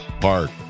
Park